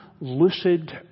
lucid